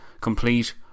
complete